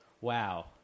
wow